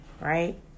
right